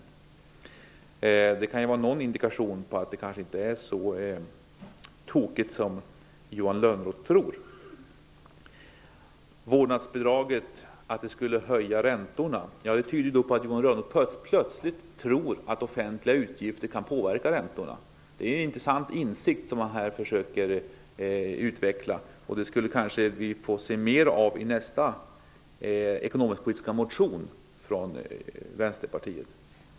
Det kan vara en indikation på att det kanske inte är så tokigt som Johan Lönnroth tror. Johan Lönnroth säger att vårdnadsbidraget höjer räntorna. Det tyder på att han plötsligt tror att offentliga utgifter kan påverka räntorna. Det är en intressant insikt som han här försöker utveckla. Denna insikt kanske vi kan få se mer av i nästa ekonomiskpolitiska motion från Vänsterpartiet.